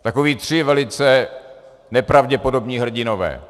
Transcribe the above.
Takoví tři velice nepravděpodobní hrdinové.